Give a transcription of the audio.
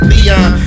Leon